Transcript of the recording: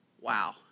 Wow